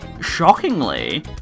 Shockingly